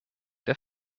der